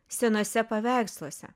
senuose paveiksluose